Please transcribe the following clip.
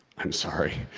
i'm sorry.